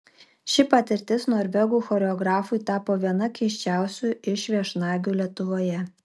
ši patirtis norvegų choreografui tapo viena keisčiausių iš viešnagių lietuvoje